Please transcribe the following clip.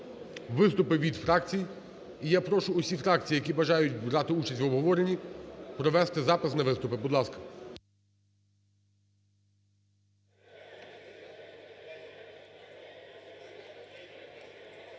виступи від фракцій. І я прошу усі фракції, які бажають брати участь в обговоренні провести запис на виступи. Будь ласка.